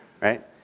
right